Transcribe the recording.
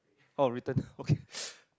oh return okay